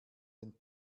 den